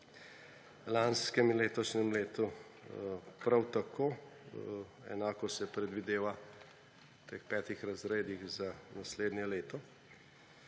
v lanskem in letošnjem letu prav tako. Enako se predvideva v teh petih razredih za naslednje leto.